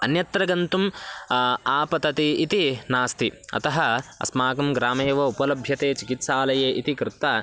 अन्यत्र गन्तुम् आपतति इति नास्ति अतः अस्माकं ग्रामे एव उपलभ्यते चिकित्सालये इति कृत्वा